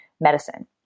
medicine